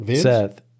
Seth